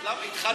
התחננת.